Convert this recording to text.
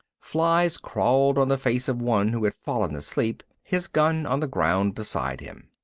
flies crawled on the face of one who had fallen asleep, his gun on the ground beside him.